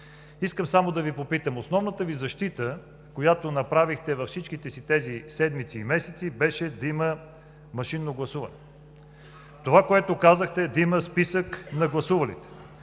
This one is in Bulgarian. искам само да Ви попитам: основната защита, която направихте във всичките си тези седмици и месеци, беше да има машинно гласуване. Това, което казахте, е да има списък на гласувалите.